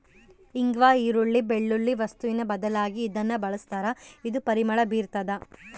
ಇಂಗ್ವಾ ಈರುಳ್ಳಿ, ಬೆಳ್ಳುಳ್ಳಿ ವಸ್ತುವಿನ ಬದಲಾಗಿ ಇದನ್ನ ಬಳಸ್ತಾರ ಇದು ಪರಿಮಳ ಬೀರ್ತಾದ